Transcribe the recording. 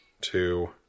two